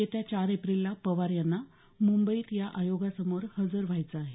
येत्या चार एप्रिलला पवार यांना मुंबईत या आयोगासमोर हजर व्हायचं आहे